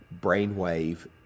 brainwave